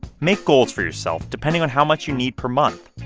make goals for yourself depending on how much you need per month,